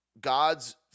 God's